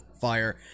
fire